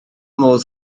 modd